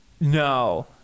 No